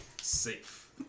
Safe